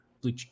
blue